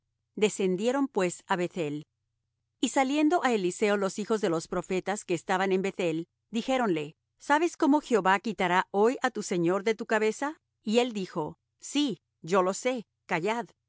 descendieron pues á beth-el y saliendo á eliseo los hijos de los profetas que estaban en beth-el dijéronle sabes cómo jehová quitará hoy á tu señor de tu cabeza y él dijo sí yo lo sé callad